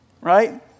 right